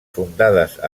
fundades